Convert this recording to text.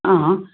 ಹಾಂ